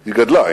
היא גדלה,